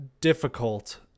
difficult